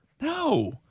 No